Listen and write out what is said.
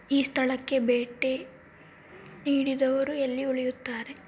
ಈ ಸ್ಥಳಕ್ಕೆ ಭೇಟಿ ನೀಡಿದವರು ಎಲ್ಲಿ ಉಳಿಯುತ್ತಾರೆ